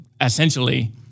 essentially